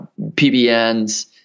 PBNs